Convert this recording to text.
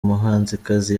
muhanzikazi